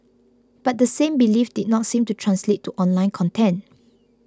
but the same belief did not seem to translate to online content